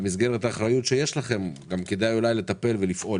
במסגרת האחריות שיש לכם כדאי אולי לטפל ולפעול,